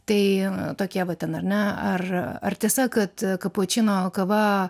tai tokie va ten ar ne ar ar tiesa kad kapučino kava